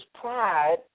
pride